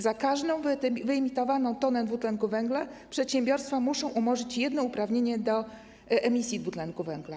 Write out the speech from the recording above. Za każdą wyemitowaną tonę dwutlenku węgla przedsiębiorstwa muszą umorzyć jedno uprawnienie do emisji dwutlenku węgla.